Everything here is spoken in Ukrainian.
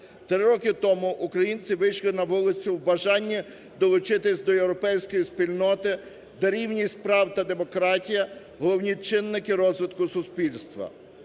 Три роки тому українці вийшли на вулицю в бажанні долучитись до європейської спільноти, де рівність прав та демократія – головні чинники розвитку суспільства.